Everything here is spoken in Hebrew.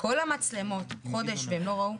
כל המצלמות, חודש, והם לא ראו?